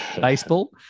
baseball